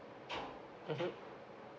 mmhmm